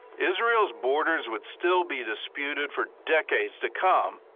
israel's borders would still be disputed for decades to come.